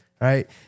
right